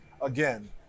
again